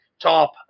top